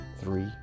three